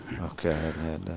Okay